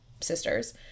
sisters